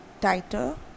tighter